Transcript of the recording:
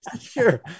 Sure